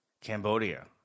Cambodia